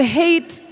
hate